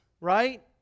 right